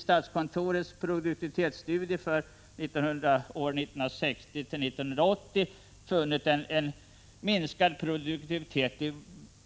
Statskontoret har vid produktivitetsstudier för åren 1960-1980 funnit en minskad produktivitet i